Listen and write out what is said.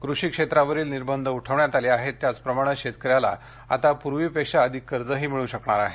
कृषी क्षेत्रावरील निर्बंध उठवण्यात आले आहेत त्याचप्रमाणे शेतकऱ्याला आता पूर्वीपेक्षा अधिक कर्जही मिळू शकणार आहे